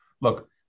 Look